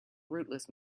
rootless